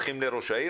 היו הולכים לראש העיר?